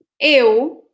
Eu